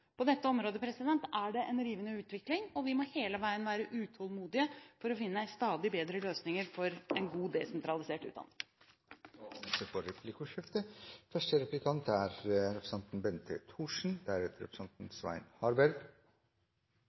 dette området er det en rivende utvikling, og vi må hele tiden være utålmodige etter å finne stadig bedre løsninger for en god desentralisert utdanning. Det blir replikkordskifte.